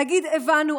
להגיד: הבנו,